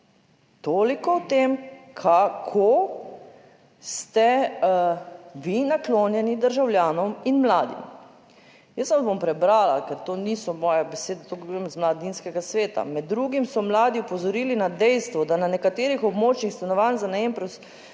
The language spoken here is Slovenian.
Toliko o tem, kako ste vi naklonjeni državljanom in mladim. Jaz vam bom prebrala, ker to niso moje besede, to pa govorim iz mladinskega sveta. Med drugim so mladi opozorili na dejstvo, da na nekaterih območjih stanovanj za najem